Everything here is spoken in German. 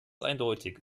eindeutig